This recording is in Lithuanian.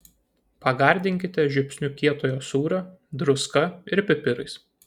pagardinkite žiupsniu kietojo sūrio druska ir pipirais